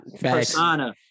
persona